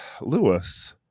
Lewis